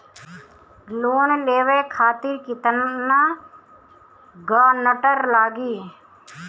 Loan लेवे खातिर केतना ग्रानटर लागी?